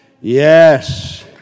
Yes